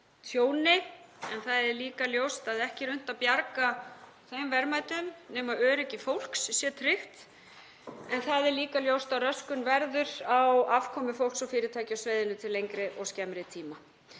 tjóni en það er líka ljóst að ekki er unnt að bjarga þeim verðmætum nema öryggi fólks sé tryggt. Það er líka ljóst að röskun verður á afkomu fólks og fyrirtækja á svæðinu til lengri og skemmri tíma.